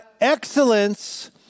excellence